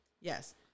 Yes